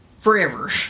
forever